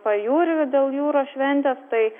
pajūrį dėl jūros šventės tai